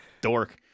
dork